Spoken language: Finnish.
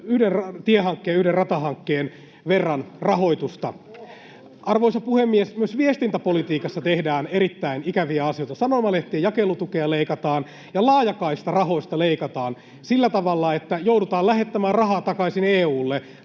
yhden tiehankkeen, yhden ratahankkeen verran rahoitusta. Arvoisa puhemies! Myös viestintäpolitiikassa tehdään erittäin ikäviä asioita. Sanomalehtien jakelutukea leikataan ja laajakaistarahoista leikataan sillä tavalla, että joudutaan lähettämään rahaa takaisin EU:lle